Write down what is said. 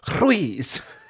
Ruiz